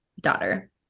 daughter